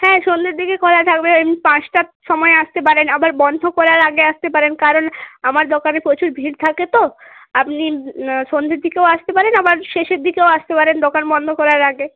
হ্যাঁ সন্ধ্যের দিকে খোলা থাকবে এই পাঁচটার সময় আসতে পারেন আবার বন্ধ করার আগে আসতে পারেন কারণ আমার দোকানে প্রচুর ভিড় থাকে তো আপনি সন্ধ্যের দিকেও আসতে পারেন আবার শেষের দিকেও আসতে পারেন দোকান বন্ধ করার আগে